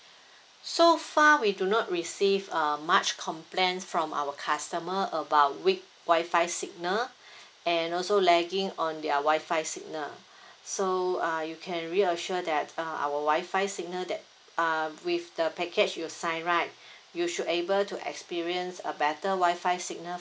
so far we do not receive err much complaints from our customer about weak Wi-Fi signal and also lagging on their Wi-Fi signal so uh you can reassure that uh our Wi-Fi signal that uh with the package you sign right you should able to experience a better Wi-Fi signal